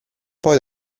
poi